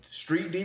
street